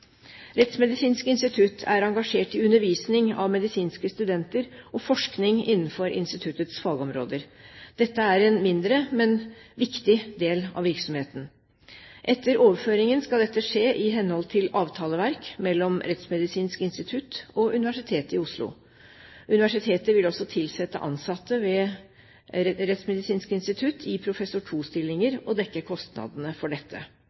Rettsmedisinsk institutt er engasjert i undervisning av medisinske studenter og forskning innenfor instituttets fagområder. Dette er en mindre, men viktig del av virksomheten. Etter overføringen skal dette skje i henhold til avtaleverk mellom Rettsmedisinsk institutt og Universitetet i Oslo. Universitetet vil også tilsette ansatte ved Rettsmedisinsk institutt i professor II-stillinger, og dekke kostnadene for dette.